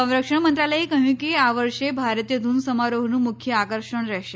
સંરક્ષણ મંત્રાલયે કહ્યું કે આ વર્ષે ભારતીય ધૂન સમારોહનું મુખ્ય આકર્ષણ રહેશે